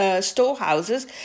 storehouses